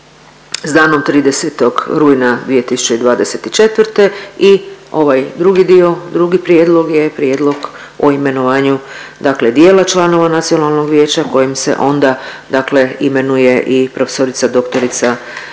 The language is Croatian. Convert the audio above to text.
danom 30. rujna 2024.. I ovaj drugi dio, drugi prijedlog je prijedlog o imenovanju dijela članova nacionalnog vijeća kojim se onda imenuje i prof.dr. Mirjana